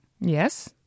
yes